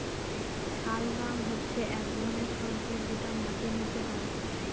শালগাম হচ্ছে এক ধরনের সবজি যেটা মাটির নীচে হয়